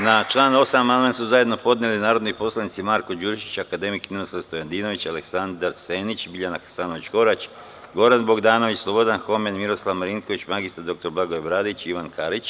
Na član 8. amandman su zajedno podneli narodni poslanici Marko Đurišić, akademik Ninoslav Stojadinović, Aleksandar Senić, Biljana Hasanović Korać, Goran Bogdanović, Slobodan Homen, Miroslav Marinković, mr dr Blagoje Bradić i Ivan Karić.